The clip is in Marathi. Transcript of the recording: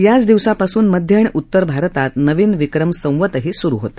याच दिवसापासून मध्य आणि उतर भारतात नवीन विक्रम संवत सुरु होते